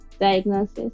diagnosis